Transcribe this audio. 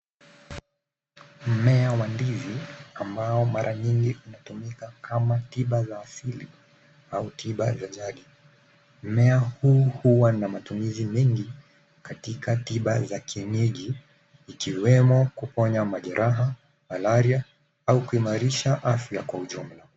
Mmea wa ndizi ambao mara nyingi unatumika kama tiba za asili au tiba za jadi. Mmea huu huwa na matumizi mengi katika tiba za kienyeji ikiwemo kuponya majeraha, malaria au kuimarisha afya kwa ujumla.